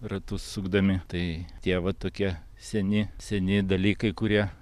ratus sukdami tai tie vat tokie seni seni dalykai kurie